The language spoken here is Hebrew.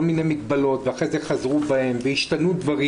מיני מגבלות ואחרי כן חזרו מהן והשתנו דברים.